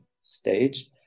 stage